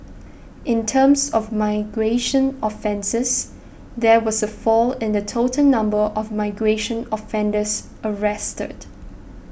in terms of migration offences there was a fall in the total number of migration offenders arrested